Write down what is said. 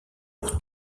pour